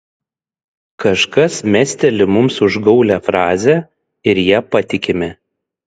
kažkas mesteli mums užgaulią frazę ir ja patikime